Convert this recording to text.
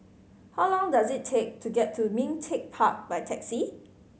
how long does it take to get to Ming Teck Park by taxi